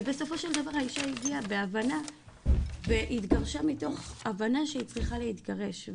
ובסופו של דבר האישה הגיעה בהבנה והתגרשה מתוך הבנה שהיא צריכה להתגרש,